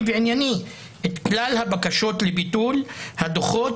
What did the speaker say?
וענייני את כלל הבקשות לביטול הדוחות,